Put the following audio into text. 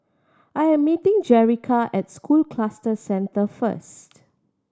I am meeting Jerica at School Cluster Centre first